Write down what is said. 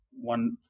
one